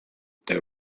the